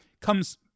comes